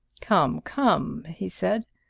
come, come! he said.